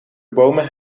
bomen